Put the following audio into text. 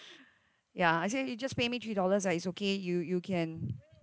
ya I said you just pay me three dollars lah it's okay you you can